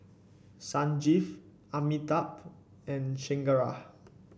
Sanjeev Amitabh and Chengara